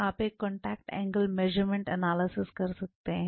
आप एक contact angle measurement analysis कर सकते हैं